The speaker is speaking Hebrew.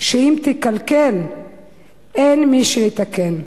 שאם תקלקל אין מי שיתקן".